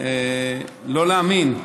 לא להאמין,